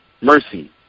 mercy